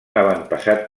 avantpassat